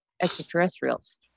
extraterrestrials